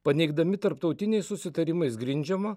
paneigdami tarptautiniais susitarimais grindžiamą